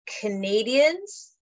Canadians